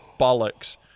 bollocks